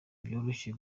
byoroshye